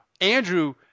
Andrew